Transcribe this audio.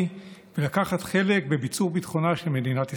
ולקחת חלק בביצור ביטחונה של מדינת ישראל.